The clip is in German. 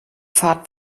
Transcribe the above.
fahrt